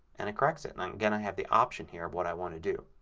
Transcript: and it corrects it. and and again i have the option here of what i want to do.